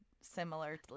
similarly